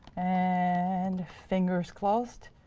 and fingers crossed,